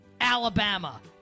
Alabama